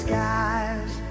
skies